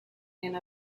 and